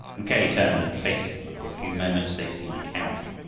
mackay turned and faced them, and for a few moments they seemed cowed.